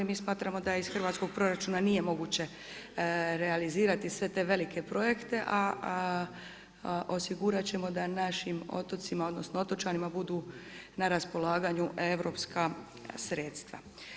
Mi smatramo da iz hrvatskog proračuna nije moguće realizirati sve te velike projekte a osigurat ćemo da našim otocima odnosno otočanima budu na raspolaganju europska sredstva.